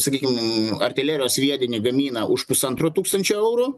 sakykim artilerijos sviedinį gamina už pusantro tūkstančio eurų